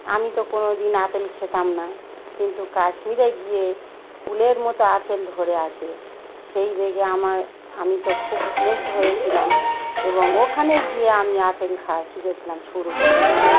আমি তো কোনোদিন আপেল খেতাম না কিন্তু কাশ্মীরে গিয়ে কুলের মতো আপেল ধরে আছে সেই দিগে আমায় আমি তো খুব মুগ্ধ হয়েছিলাম এবং ওখানে গিয়ে আমি আপেল খাওয়া শিখেছিলাম শুরু করেছিলাম